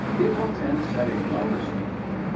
it will tend to set a lower standard,